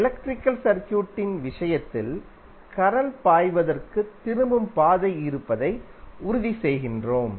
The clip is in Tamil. எலக்ட்ரிக்கல் சர்க்யூட்டின் விஷயத்தில் கரண்ட் பாய்வதற்கு திரும்பும் பாதை இருப்பதை உறுதிசெய்கிறோம்